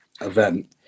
event